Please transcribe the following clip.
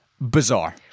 bizarre